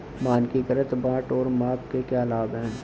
मानकीकृत बाट और माप के क्या लाभ हैं?